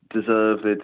deserved